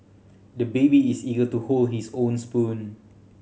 the baby is eager to hold his own spoon